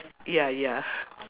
ya ya